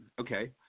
okay